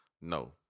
no